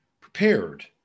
prepared